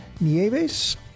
Nieves